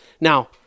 Now